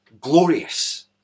glorious